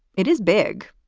it is big.